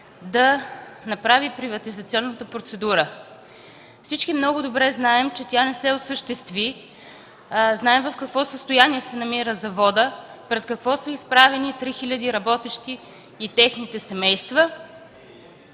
да направи приватизационната процедура. Всички много добре знаем, че тя не се осъществи. Знаем в какво състояние се намира заводът, пред какво са изправени 3 хилядите работещи и техните семейства.